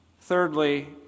thirdly